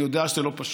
אני יודע שזה לא פשוט.